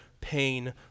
pain